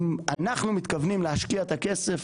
אנחנו מתכוונים להשקיע את הכסף,